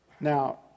Now